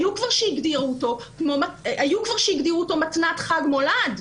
היו כבר שהגדירו אותו מתנת חג מולד.